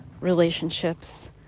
relationships